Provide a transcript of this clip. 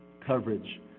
coverage